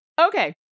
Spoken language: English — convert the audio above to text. okay